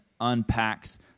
unpacks